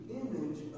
image